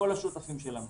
השותפים שלנו